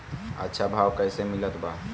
अच्छा भाव कैसे मिलत बा?